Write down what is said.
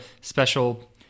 special